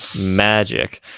magic